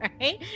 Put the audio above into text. right